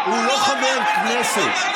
הוא לא חבר כנסת.